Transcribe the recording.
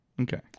Okay